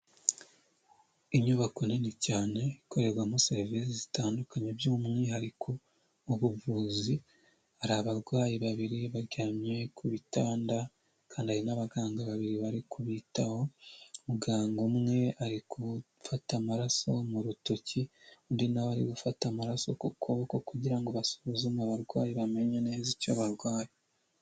Inyubako nini cyane ikorerwamo serivisi zitandukanye by'umwihariko mu ubuvuzi, hari abarwayi babiri baryamye ku bitanda kandi hari n'abaganga babiri bari kubitaho, muganga umwe ari gufata amaraso mu rutoki, undi nawe ari gufata amaraso ku kuboko kugira ngo basuzume abarwayi bamenye neza icyo barwaye.